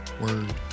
Word